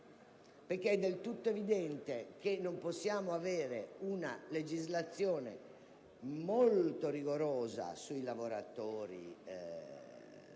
infatti del tutto evidente che non possiamo avere una legislazione molto rigorosa per i lavoratori